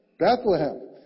Bethlehem